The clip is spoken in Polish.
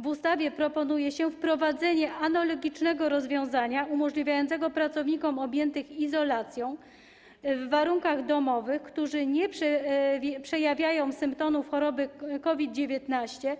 W ustawie proponuje się wprowadzenie analogicznego rozwiązania umożliwiającego pracownikom objętym izolacją w warunkach domowych, którzy nie przejawiają symptomów choroby COVID-19